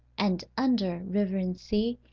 and under river and sea,